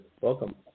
Welcome